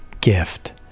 gift